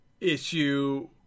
issue